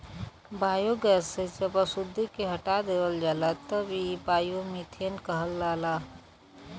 biogas से जब अशुद्धि के हटा देवल जाला तब इ बायोमीथेन कहलाला